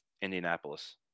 Indianapolis